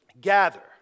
gather